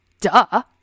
Duh